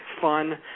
fun